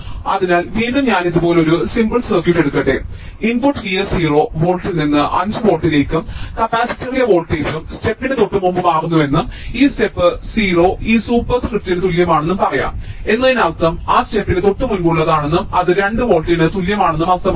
അതിനാൽ വീണ്ടും ഞാൻ ഇതുപോലൊരു സിമ്പിൾ സർക്യൂട്ട് എടുക്കട്ടെ ഇൻപുട്ട് Vs 0 വോൾട്ടിൽ നിന്ന് 5 വോൾട്ടിലേക്കും കപ്പാസിറ്ററിലെ വോൾട്ടേജും സ്റ്റെപ്പിന് തൊട്ടുമുമ്പ് മാറുന്നുവെന്നും ഈ ഘട്ടം 0 ഈ സൂപ്പർസ്ക്രിപ്റ്റിന് തുല്യമാണെന്ന് പറയാം എന്നതിനർത്ഥം അത് സ്റ്റെപ്പിന് തൊട്ടുമുമ്പുള്ളതാണെന്നും അത് 2 വോൾട്ടിന് തുല്യമാണെന്നും അർത്ഥമാക്കുന്നു